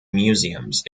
museums